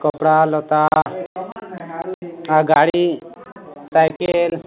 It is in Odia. କପଡ଼ା ଲତା ଗାଡ଼ି ସାଇକେଲ